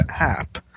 app